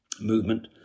movement